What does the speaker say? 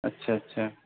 اچھا اچھا